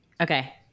Okay